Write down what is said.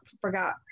forgot